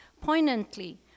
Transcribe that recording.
poignantly